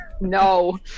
No